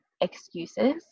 excuses